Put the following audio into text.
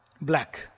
black